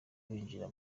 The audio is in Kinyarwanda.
binjira